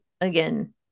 again